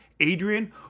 Adrian